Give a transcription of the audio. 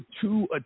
two